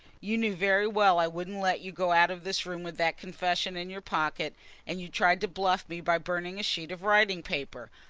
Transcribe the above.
you knew very well i wouldn't let you go out of this room with that confession in your pocket and you tried to bluff me by burning a sheet of writing-paper.